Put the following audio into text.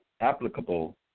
applicable